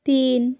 তিন